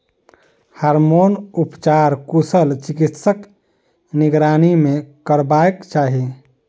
hormone उपचार कुशल चिकित्सकक निगरानी मे करयबाक चाही